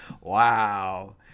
Wow